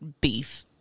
beef